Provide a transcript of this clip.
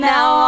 Now